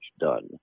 done